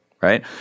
Right